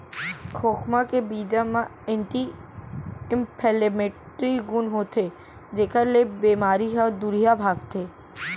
खोखमा के बीजा म एंटी इंफ्लेमेटरी गुन होथे जेकर ले बेमारी ह दुरिहा भागथे